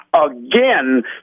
again